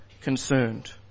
concerned